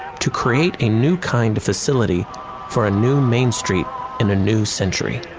to create a new kind of facility for a new main street and a new century.